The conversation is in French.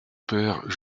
père